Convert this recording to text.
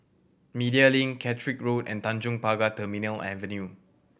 Media Link Caterick Road and Tanjong Pagar Terminal Avenue